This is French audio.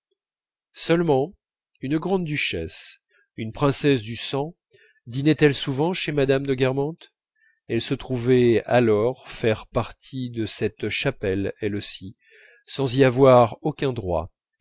seulement une grande-duchesse une princesse du sang dînait elle souvent chez mme de guermantes elle se trouvait alors faire partie de cette chapelle elle aussi sans y avoir aucun droit